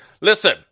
listen